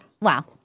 Wow